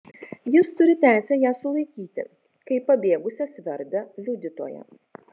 jis turi teisę ją sulaikyti kaip pabėgusią svarbią liudytoją